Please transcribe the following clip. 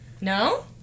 No